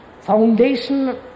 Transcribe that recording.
foundation